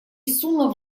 сунув